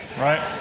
right